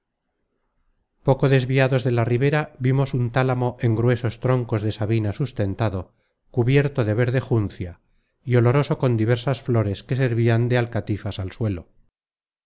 poco desviados de la ribera vimos un tálamo en gruesos troncos de sabina sustentado cubierto de verde juncia y oloroso con diversas flores que servian de alcatifas al suelo